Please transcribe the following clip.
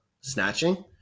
snatching